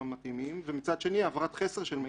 המתאימים ומצד שני העברת חסר של מידע במקרים אחרים.